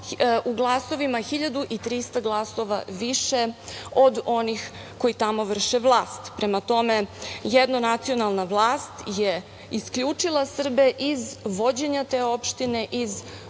u glasovima 1.300 glasova više od onih koji tamo vrše vlast. Prema tome jednonacionalna vlast je isključila Srbe iz vođenja te opštine, iz